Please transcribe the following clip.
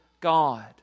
God